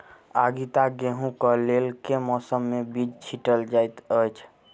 आगिता गेंहूँ कऽ लेल केँ मौसम मे बीज छिटल जाइत अछि?